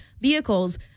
vehicles